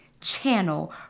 channel